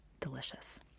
delicious